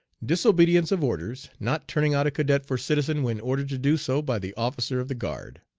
disobedience of orders, not turning out a cadet for citizen when ordered to do so by the officer of the guard.